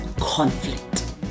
conflict